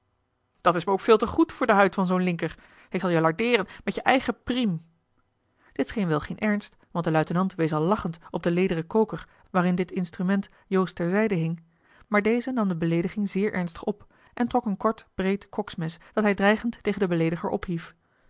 dat is me ook veel te goed voor de huid van zoo'n linker ik zal je lardeeren met je eigen priem dit scheen wel geen ernst want de luitenant wees al lachend op de lederen koker waarin dit instrument joost ter zijde hing maar deze nam de beleediging zeer ernstig op en trok een kort breed koksmes dat hij dreigend tegen den beleediger ophief